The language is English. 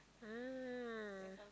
ah